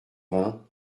vingt